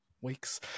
weeks